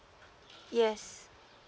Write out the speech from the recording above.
yes